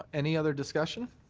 any other discussion?